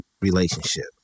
relationship